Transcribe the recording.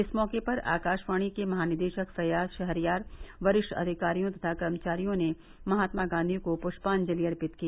इस मौके पर आकाशवाणी के महानिदेशक फय्याज शहरयार वरिष्ठ अधिकारियों तथा कर्मचारियों ने महात्मा गांधी को पृष्पांजलि अर्पित की